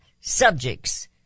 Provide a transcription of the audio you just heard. subjects